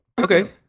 Okay